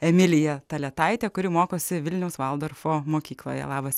emilija taletaite kuri mokosi vilniaus valdorfo mokykloje labas